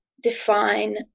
define